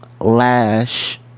Lash